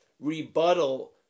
rebuttal